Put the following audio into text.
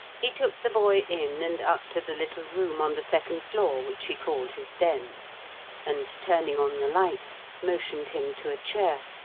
he took the boy in and up to the little room on the second floor which he called his den and, turning on the light, motioned him to a chair,